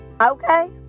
Okay